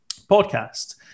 podcast